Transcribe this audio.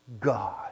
God